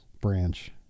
branch